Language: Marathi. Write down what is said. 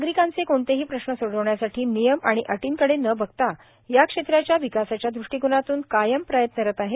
नागरिकांचे कोणतेही प्रश्न सोडवण्यासाठी नियम व अटी कडे न बघता या क्षेत्राच्या विकासाच्या दृष्टिकोनातून कायम प्रयत्नरत आहे